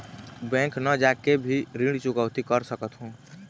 Bank न जाके भी ऋण चुकैती कर सकथों?